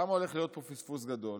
למה הולך להיות פה פספוס גדול,